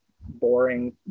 boring